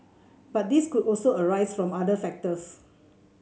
but these could also arise from other factors